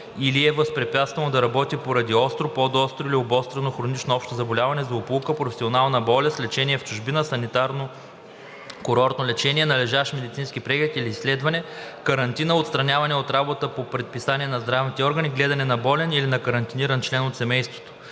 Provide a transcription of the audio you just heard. или е възпрепятствано да работи поради: остро, подостро или обострено хронично общо заболяване; злополука; професионална болест; лечение в чужбина; санаторно-курортно лечение; належащ медицински преглед или изследване; карантина; отстраняване от работа по предписание на здравните органи; гледане на болен или на карантиниран член от семейството;